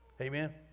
Amen